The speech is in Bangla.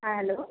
হ্যাঁ হ্যালো